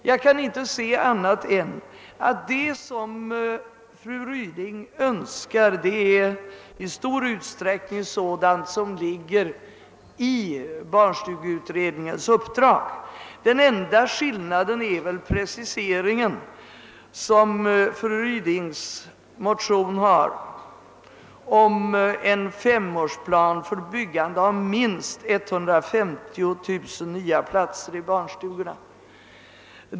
Jag kan inte se annat än att det som fru Ryding önskar i stor utsträckning är sådant som innefattas i barnstugeutredningens uppdrag. Den enda skillnaden är väl preciseringen i fru Rydings motion om en femårsplan för byggande av minst 150 000 nya platser i barnstugorna.